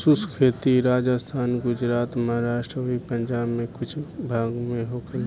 शुष्क खेती राजस्थान, गुजरात, महाराष्ट्र अउरी पंजाब के कुछ भाग में होखेला